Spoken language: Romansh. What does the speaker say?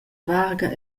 varga